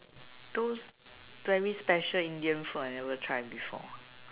those very special Indian food I never try before